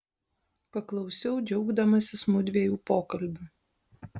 paklausiau džiaugdamasis mudviejų pokalbiu